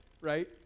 right